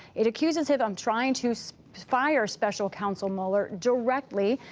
it accuses him of um trying to so fire special counsel mueller directly,